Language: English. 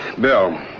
Bill